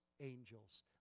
angels